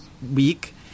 week